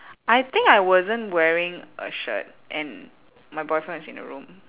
I think I wasn't wearing a shirt and my boyfriend was in the room